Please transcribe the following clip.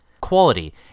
quality